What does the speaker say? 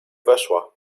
weszła